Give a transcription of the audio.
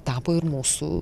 tapo ir mūsų